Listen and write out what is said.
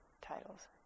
titles